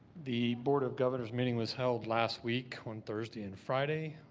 the board of governors meeting was held last week on thursday and friday.